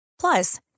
Plus